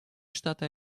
штаты